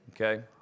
Okay